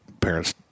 parents